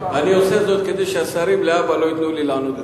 אני עושה זאת כדי שהשרים לא ייתנו לי להבא לענות בשמם.